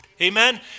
Amen